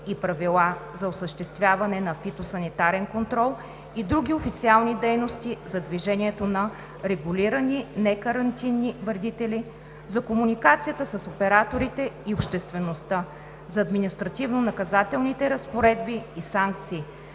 и правила за осъществяване на фитосанитарен контрол и други официални дейности, за движението на регулирани некарантинни вредители, за комуникацията с операторите и обществеността, за административнонаказателните разпоредби и санкции,